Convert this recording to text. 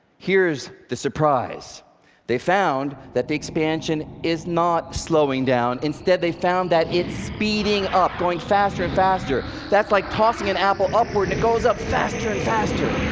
here's the surprise they found that the expansion is not slowing down. instead they found that it's speeding up, going faster and faster. that's like tossing an apple upward and it goes up faster and faster.